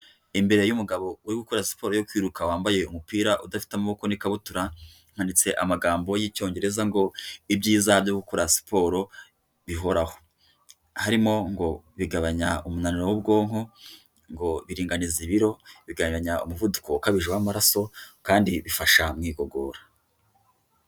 Imbere y'umugabo uri gukora siporo yo kwiruka wambaye umupira udafite amaboko n'ikabutura, handitse amagambo y'icyongereza ngo ibyiza byo gukora siporo bihoraho, harimo ngo bigabanya umunaniro w'ubwonko ngo biringaniza ibiro, bigabanya umuvuduko ukabije w'amaraso kandi bifasha mu igogora.